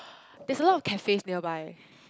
there's a lot of cafe nearby